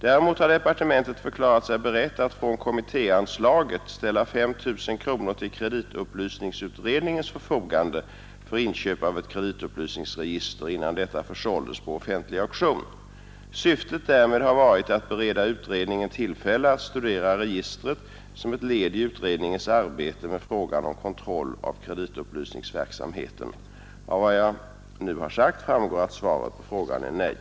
Däremot har departementet förklarat sig berett att från kommittéanslaget ställa 5 000 kronor till kreditupplysningsutredningens förfogande för inköp av ett kreditupplysningsregister innan detta försåldes på offentlig auktion. Syftet därmed har varit att bereda utredningen tillfälle att studera registret som ett led i utredningens arbete med frågan om kontroll av kreditupplysningsverksamheten. i Av vad jag nu har sagt framgår att svaret på frågan är nej.